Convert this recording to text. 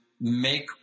make